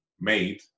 made